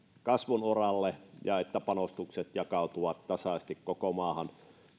kasvun uralle ja että panostukset jakautuvat tasaisesti koko maahan